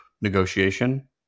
negotiation